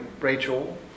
Rachel